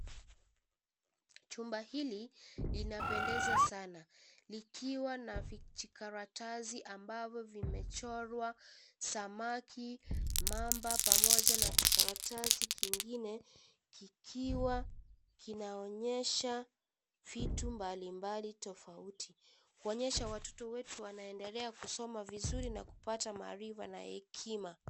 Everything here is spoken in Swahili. Chumba hili linapendeza sana likiwa na vijikaratasi ambavyo vimechorwa samaki, mamba pamoja na karatasi kingine kikiwa kinaonyesha vitu mbali mbali tofauti, kuonyesha watoto wetu wanaendelea kusoma vizuri na kupata maarifa na hekima.